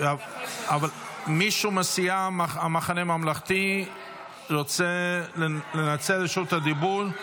מישהו מסיעת המחנה הממלכתי רוצה לנצל את רשות הדיבור?